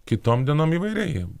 kitom dienom įvairiai